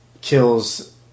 kills